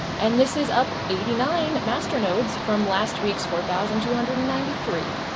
and this is up eighty nine masternodes from last week's four thousand two hundred and ninety three.